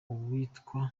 uwitwa